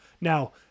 Now